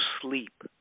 sleep